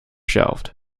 shelved